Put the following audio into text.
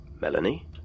Melanie